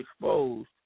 exposed